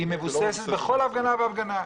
היא מבוססת בכל הפגנה והפגנה.